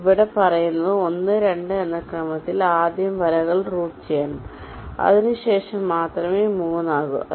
അതിനാൽ ഇവിടെ പറയുന്നത് 1 2 എന്ന ക്രമത്തിൽ ആദ്യം വലകൾ റൂട്ട് ചെയ്യണം അതിനുശേഷം മാത്രമേ 3 ആകൂ